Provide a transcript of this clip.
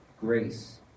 grace